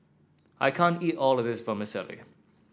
I can't eat all of this Vermicelli